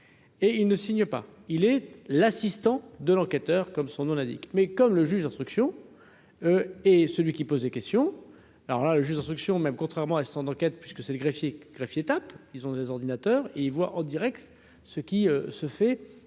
et il ne signe pas, il est l'assistant de l'enquêteur, comme son nom l'indique, mais comme le juge d'instruction et celui qui pose des questions, alors là, le juge d'instruction même, contrairement à son enquête, puisque c'est les greffiers, greffiers, ils ont des ordinateurs et il voit en Direct ce qui se fait